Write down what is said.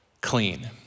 clean